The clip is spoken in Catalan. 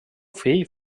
fill